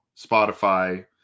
Spotify